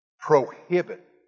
prohibit